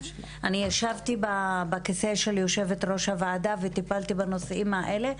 ישבתי בכיסא של יושבת-ראש הוועדה וטיפלתי בנושאים האלה,